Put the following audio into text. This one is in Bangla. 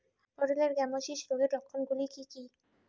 পটলের গ্যামোসিস রোগের লক্ষণগুলি কী কী?